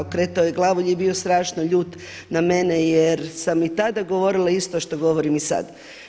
Okretao je glavu ili je bio strašno ljut na mene jer sam i tada govorila isto što govorim i sad.